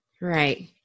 Right